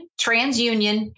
TransUnion